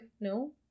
no